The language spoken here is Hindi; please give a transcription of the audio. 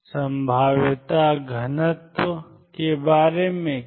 संभाव्यता घनत्व के बारे में क्या